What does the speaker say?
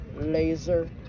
laser